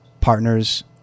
partners